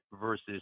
versus